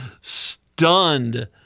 stunned